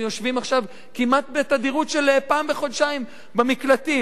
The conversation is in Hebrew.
יושבים עכשיו כמעט בתדירות של פעם בחודשיים במקלטים.